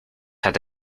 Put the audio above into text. had